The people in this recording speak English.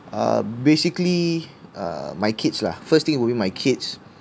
uh basically uh my kids lah first thing would be my kids